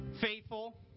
Faithful